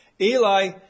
Eli